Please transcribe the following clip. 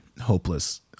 hopeless